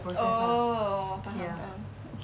oh faham faham